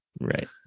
right